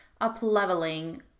up-leveling